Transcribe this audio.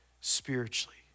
spiritually